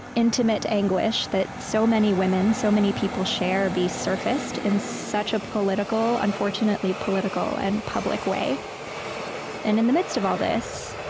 intimate anguish that so many women, so many people share be surfaced in such an unfortunately political and public way and in the midst of all this,